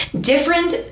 different